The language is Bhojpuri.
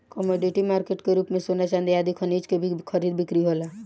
कमोडिटी मार्केट के रूप में सोना चांदी आदि खनिज के भी खरीद बिक्री होला